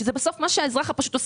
בסוף, זה מה שעושה האזרח הפשוט.